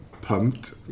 pumped